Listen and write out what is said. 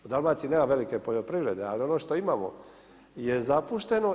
U Dalmaciji nema velike poljoprivrede ali ono što imamo je zapušteno.